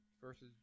versus